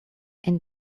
and